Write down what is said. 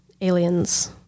aliens